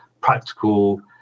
practical